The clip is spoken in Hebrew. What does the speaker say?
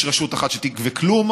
יש רשות אחת שתגבה כלום,